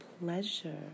pleasure